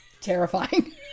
terrifying